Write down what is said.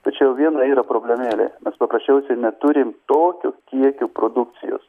tačiau viena yra problemėlė mes paprasčiausiai neturim tokio kiekio produkcijos